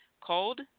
Cold